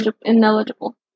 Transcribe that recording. Ineligible